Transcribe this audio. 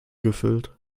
gefüllt